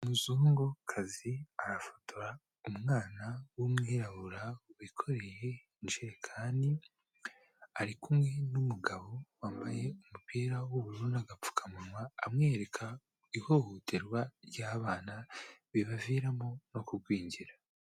Umuzungukazi arafotora umwana w'umwirabura wikoreye injerekani, ari kumwe n'umugabo wambaye umupira w'ubururu n'agapfukamunwa amwereka ihohoterwa ry'abana bibaviramo no kugwingira.